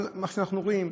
אבל מה שאנחנו רואים,